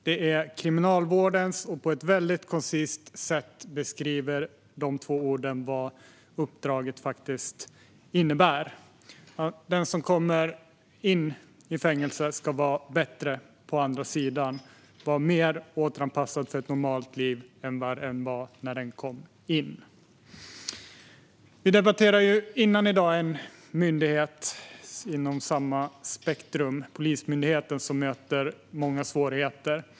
Det är Kriminalvårdens slogan, och de två orden beskriver på ett koncist sätt vad uppdraget innebär: att den som kommer ut ur fängelse ska vara bättre på andra sidan, vara mer anpassad till ett normalt liv än när den kom in. Vi debatterade tidigare i dag en myndighet på samma spektrum, Polismyndigheten, som möter många svårigheter.